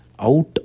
out